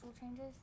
changes